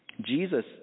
Jesus